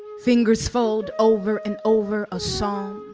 fingers fold over and over a song,